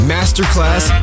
Masterclass